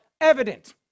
evident